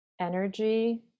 energy